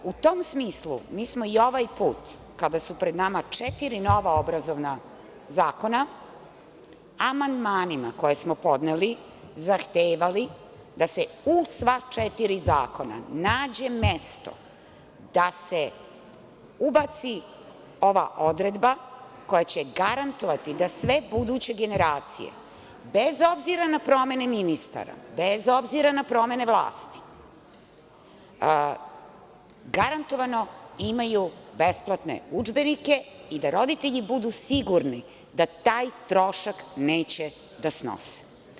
U tom smislu, mi smo i ovaj put kada su pred nama četiri nova obrazovna zakona, amandmanima koje smo podneli, zahtevali da se u sva četiri zakona nađe mesto i da se ubaci ova odredba koja će garantovati da sve buduće generacije, bez obzira na promene ministara, na promene vlasti, garantovano imaju besplatne udžbenike i da roditelji budu sigurni da taj trošak neće da snose.